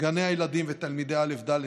גני הילדים ותלמיד א' ד'